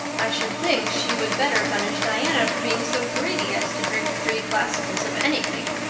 i should think she would better punish diana for being so greedy as to drink three glassfuls of anything,